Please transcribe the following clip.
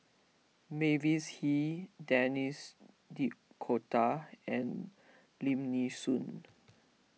Mavis Hee Denis D'Cotta and Lim Nee Soon